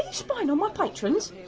are you spying on my patrons?